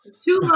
Two